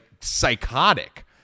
psychotic